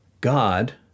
God